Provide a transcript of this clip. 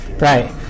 right